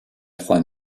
trois